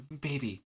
baby